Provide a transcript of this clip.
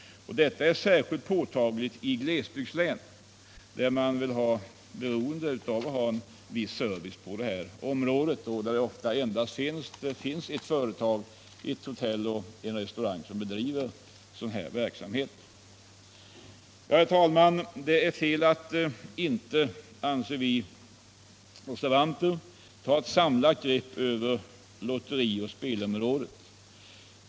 Detta är särskilt påtagligt i glesbygdslän, där man väl är beroende av att ha en viss service på detta område och där det ofta finns bara ett hotell och en restaurang. Herr talman! Vi reservanter anser att det är fel att inte ta ett samlat grepp över lotterioch spelområdet.